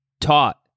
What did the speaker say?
taught